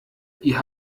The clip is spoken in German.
ihr